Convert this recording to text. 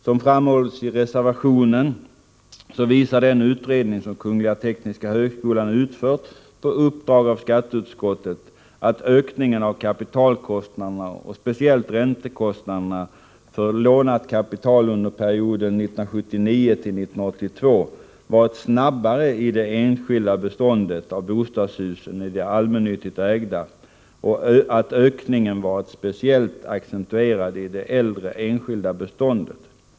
Som framhålls i reservationen visar en utredning som Tekniska högskolan utfört på uppdrag av skatteutskottet att ökningen av kapitalkostnaderna och speciellt räntekostnaderna för lånat kapital under perioden 1979-1982 varit snabbare i det enskilda beståndet av bostadshus än i det allmännyttigt ägda och att ökningen varit speciellt accentuerad i det äldre enskilda beståndet.